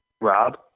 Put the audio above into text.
Rob